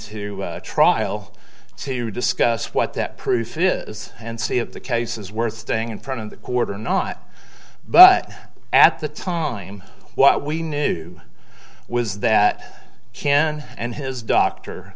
to trial to discuss what that proof is and see if the case is worth staying in front of the quarter not but at the time what we knew was that can and his doctor